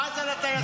בזה לטייסים.